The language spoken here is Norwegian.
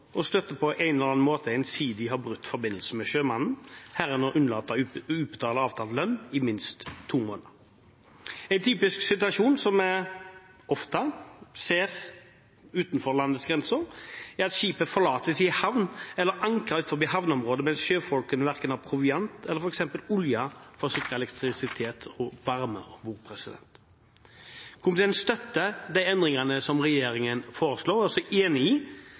og støtte eller på annen måte ensidig brutt forbindelsen med sjømannen, herunder ved å unnlate å utbetale avtalt lønn i minst to måneder. En typisk situasjon, som vi ofte ser utenfor landets grenser, er at skipet forlates i en havn eller ankret utenfor havneområdet mens sjøfolkene verken har proviant eller f.eks. olje for å sikre elektrisitet og varme om bord. Komiteen støtter de endringene regjeringen foreslår, og er også enig i